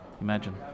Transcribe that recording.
Imagine